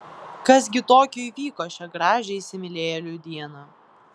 kas gi tokio įvyko šią gražią įsimylėjėlių dieną